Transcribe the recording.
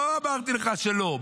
לא אמרתי לך שלא.